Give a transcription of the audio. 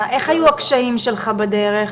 איך היו הקשיים שלך בדרך